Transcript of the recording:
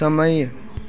समय